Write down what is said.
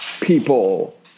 people